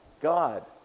God